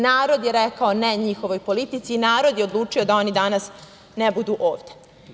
Narod je rekao ne njihovoj politici i narod je odlučio da oni danas ne budu ovde.